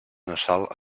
nasal